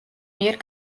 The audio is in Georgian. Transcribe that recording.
მიერ